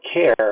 care